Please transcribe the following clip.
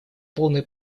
полную